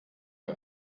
der